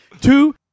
Two